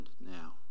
now